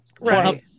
right